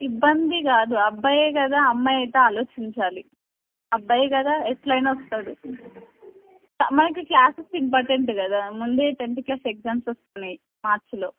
ఇబ్బంది కాదు అబ్బాయే కదా అమ్మాయి అయితే ఆలోచించాలి అబ్బాయే కదా ఎట్లా అయినా వస్తాడు మనకి క్లాసెస్ ఇంపార్టెంట్ కదా ముందే టెంత్ క్లాస్ ఎగ్జామ్స్ వస్తున్నాయి మార్చ్లో